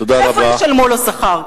איפה ישלמו לו שכר כזה?